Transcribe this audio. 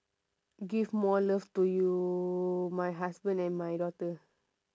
give more love to you my husband and my daughter